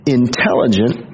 intelligent